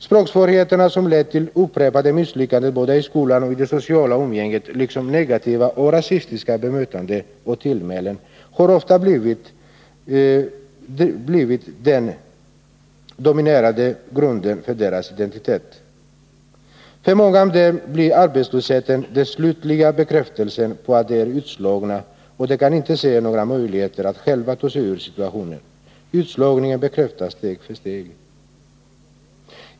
Språksvårigheterna, som lett till upprepade misslyckanden både i skolan och i det sociala umgänget, liksom negativa och rasistiska bemötanden och tillmälen, har ofta blivit den dominerande grunden för deras identitet. För många av dem ger arbetslösheten den slutliga bekräftelsen på att de är utslagna, och de kan inte se några möjligheter att själva ta sig ur situationen. Utslagningen bekräftas steg för steg.